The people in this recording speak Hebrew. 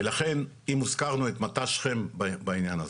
ולכן אם הזכרנו את מט"ש שכם בעניין הזה,